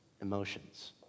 emotions